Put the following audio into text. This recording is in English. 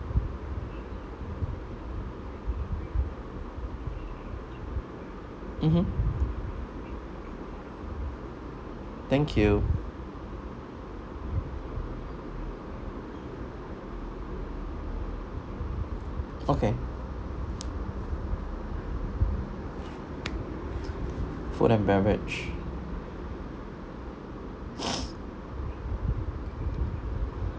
mmhmm thank you okay food and beverage